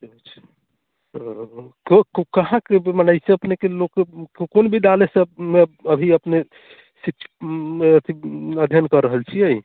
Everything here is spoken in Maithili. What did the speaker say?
अच्छा ह्म्म कऽ कहाँ के मने ई सभ अपनेके लोक कोन विद्यालयसँ अभी अपने अथी अध्ययन कऽ रहल छियै